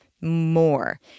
more